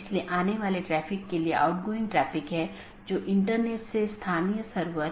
संचार में BGP और IGP का role BGP border gateway protocol और IGP इंटरनेट गेटवे प्रोटोकॉल